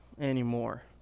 anymore